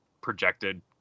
projected